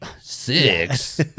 six